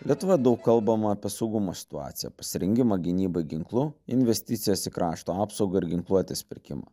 lietuvoje daug kalbama apie saugumo situaciją pasirengimą gynybai ginklu investicijas į krašto apsaugą ir ginkluotės pirkimą